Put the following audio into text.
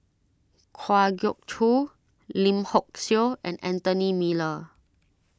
Kwa Geok Choo Lim Hock Siew and Anthony Miller